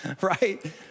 right